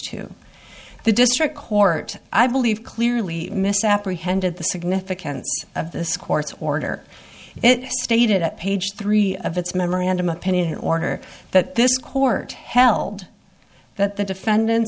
two the district court i believe clearly misapprehended the significance of this court's order it stated at page three of its memorandum opinion order that this court held that the defendant